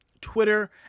Twitter